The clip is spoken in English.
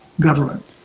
government